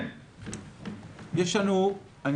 בבקשה.